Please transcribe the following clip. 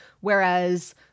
whereas